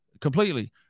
completely